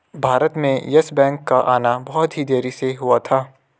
भारत में Yes Bank का आना बहुत ही देरी से हुआ था